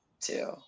two